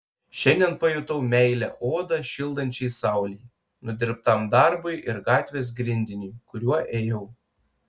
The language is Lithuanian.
šiandien pajutau meilę odą šildančiai saulei nudirbtam darbui ir gatvės grindiniui kuriuo ėjau